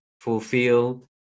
fulfilled